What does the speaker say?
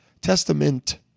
testament